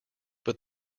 but